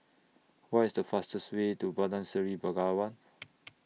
What IS The fastest Way to Bandar Seri Begawan